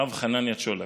הרב חנניה צ'ולק.